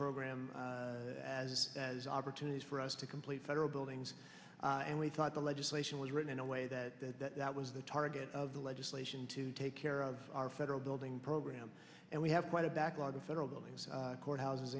program as as opportunities for us to complete federal buildings and we thought the legislation was written in a way that that was the target of the legislation to take care of our federal building program and we have quite a backlog of federal buildings courthouses